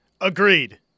Agreed